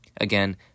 Again